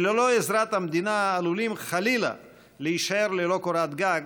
שללא עזרת המדינה עלולים חלילה להישאר ללא קורת גג,